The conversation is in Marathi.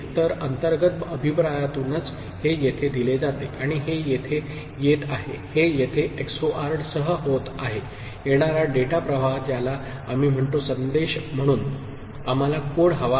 तर अंतर्गत अभिप्रायातूनच हे येथे दिले जाते आणि हे येथे येत आहेहे येथेXORedसह होत आहे येणारा डेटा प्रवाह ज्याला आम्ही म्हणतो संदेश म्हणून आम्हाला कोड हवा आहे